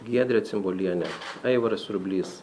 giedrė cimbolienė aivaras surblys